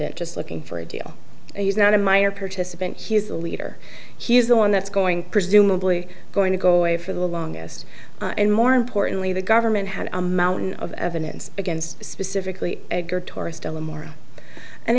defendant just looking for a deal he's not a minor participant he's the leader he's the one that's going presumably going to go away for the longest and more importantly the government had a mountain of evidence against specifically